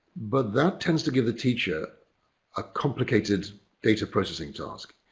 but that tends to give the teacher a complicated data processing task.